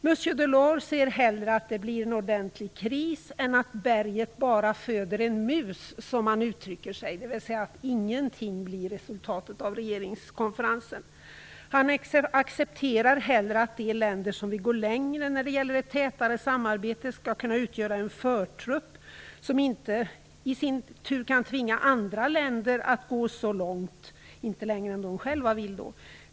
Monsieur Delors ser hellre att det blir en ordentlig kris än att berget bara föder en mus, som han uttrycker sig, dvs. att ingenting blir resultatet av regeringskonferensen. Han accepterar hellre att de länder som vill gå längre när det gäller tätare samarbete skall kunna utgöra en förtrupp som inte i sin tur kan tvinga andra länder att gå så långt, dvs. inte längre än de själva vill.